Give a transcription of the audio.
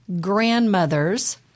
grandmother's